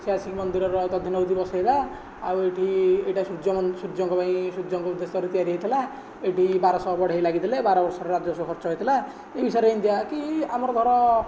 ସେ ଆସିକି ମନ୍ଦିରର ଦଧିନଉତି ବସେଇଲା ଆଉ ଏଠି ଏଟା ସୂର୍ଯ୍ୟଙ୍କ ପାଇଁ ସୂର୍ଯ୍ୟ ଙ୍କ ଉଦ୍ଦେଶ୍ୟରେ ତିଆରି ହୋଇଥିଲା ଏଠି ବାରଶହ ବଢ଼େଇ ଲାଗିଥିଲେ ବାରବର୍ଷର ରାଜସ୍ବ ଖର୍ଚ୍ଚ ହେଇଥିଲା ଏଇ ସାରା ଏମିତି କି ଆମର ଧର